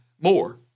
more